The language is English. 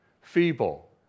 feeble